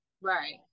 right